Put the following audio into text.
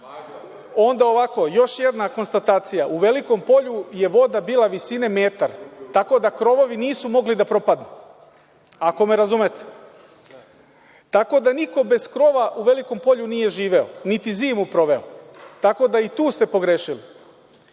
tamo išao. Još jedna konstatacija, u Velikom Polju je voda bila visine metar, tako da krovovi nisu mogli da propadnu, ako me razumete, tako da niko bez krova u Velikom Polju nije živeo, niti zimu proveo. I tu ste pogrešili. Druga